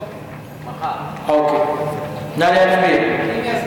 נא להצביע.